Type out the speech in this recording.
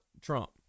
Trump